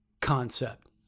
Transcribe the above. concept